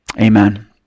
Amen